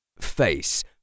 face